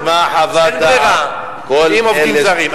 אז אין ברירה, אם עובדים זרים,